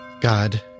God